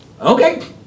Okay